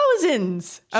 thousands